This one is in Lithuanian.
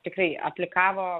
tikrai aplikavo